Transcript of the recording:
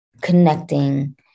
connecting